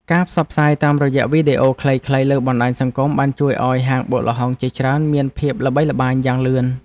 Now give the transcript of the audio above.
ការផ្សព្វផ្សាយតាមរយៈវីដេអូខ្លីៗលើបណ្តាញសង្គមបានជួយឱ្យហាងបុកល្ហុងជាច្រើនមានភាពល្បីល្បាញយ៉ាងលឿន។